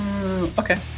Okay